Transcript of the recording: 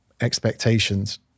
expectations